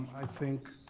i think.